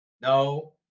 No